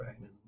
right